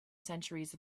centuries